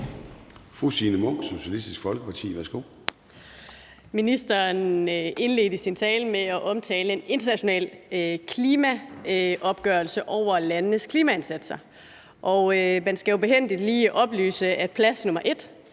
Ministeren indledte sin tale med at omtale en international klimaopgørelse over landenes klimaindsatser. Man skal dog lige oplyse, at plads nr.